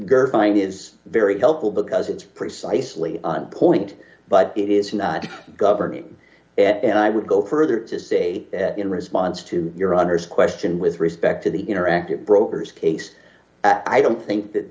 girl find is very helpful because it's precisely on point but it is not governing and i would go further to say in response to your honor's question with respect d to the interactive brokers case i don't think that